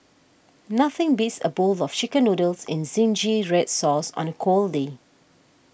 nothing beats a bowl of Chicken Noodles in Zingy Red Sauce on a cold day